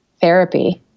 therapy